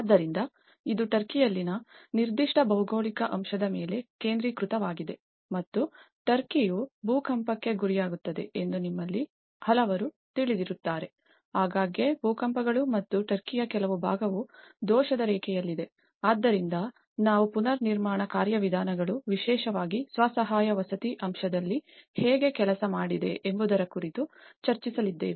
ಆದ್ದರಿಂದ ಇದು ಟರ್ಕಿಯಲ್ಲಿನ ನಿರ್ದಿಷ್ಟ ಭೌಗೋಳಿಕ ಅಂಶದ ಮೇಲೆ ಕೇಂದ್ರೀಕೃತವಾಗಿದೆ ಮತ್ತು ಟರ್ಕಿಯು ಭೂಕಂಪಕ್ಕೆ ಗುರಿಯಾಗುತ್ತದೆ ಎಂದು ನಿಮ್ಮಲ್ಲಿ ಹಲವರು ತಿಳಿದಿರುತ್ತಾರೆ ಆಗಾಗ್ಗೆ ಭೂಕಂಪಗಳು ಮತ್ತು ಟರ್ಕಿಯ ಕೆಲವು ಭಾಗವು ದೋಷದ ರೇಖೆಯಲ್ಲಿದೆ ಆದ್ದರಿಂದ ನಾವು ಪುನರ್ನಿರ್ಮಾಣ ಕಾರ್ಯವಿಧಾನಗಳು ವಿಶೇಷವಾಗಿ ಸ್ವ ಸಹಾಯ ವಸತಿ ಅಂಶದಲ್ಲಿ ಹೇಗೆ ಕೆಲಸ ಮಾಡಿದೆ ಎಂಬುದರ ಕುರಿತು ಚರ್ಚಿಸಲಿದ್ದೇವೆ